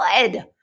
good